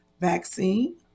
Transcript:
vaccine